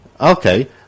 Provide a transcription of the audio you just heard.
Okay